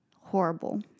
horrible